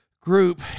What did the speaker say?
group